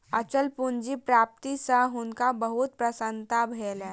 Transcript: अचल पूंजी प्राप्ति सॅ हुनका बहुत प्रसन्नता भेलैन